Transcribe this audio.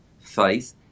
faith